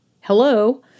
Hello